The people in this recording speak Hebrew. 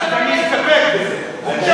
אוי לי,